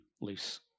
loose